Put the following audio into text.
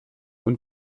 und